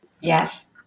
Yes